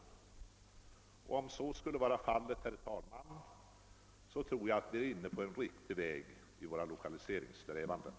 Om så skulle vara fallet, herr talman, tror jag att man är inne på en riktig väg i lokaliseringssträvandena.